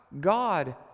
God